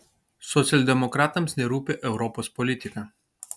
socialdemokratams nerūpi europos politika